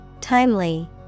Timely